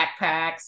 backpacks